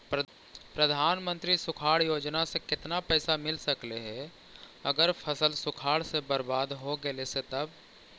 प्रधानमंत्री सुखाड़ योजना से केतना पैसा मिल सकले हे अगर फसल सुखाड़ से बर्बाद हो गेले से तब?